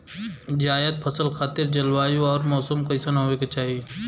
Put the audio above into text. जायद फसल खातिर जलवायु अउर मौसम कइसन होवे के चाही?